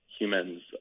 humans